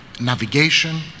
navigation